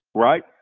right?